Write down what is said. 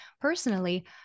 personally